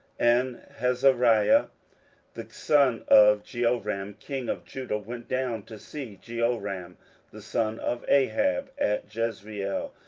and azariah the son of jehoram king of judah went down to see jehoram the son of ahab at jezreel,